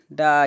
da